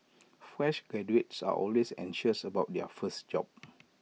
fresh graduates are always anxious about their first job